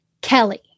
Kelly